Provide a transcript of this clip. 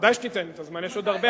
ודאי שתיתן לי את הזמן, יש עוד הרבה.